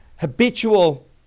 habitual